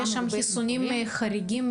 יש שם חיסונים חריגים,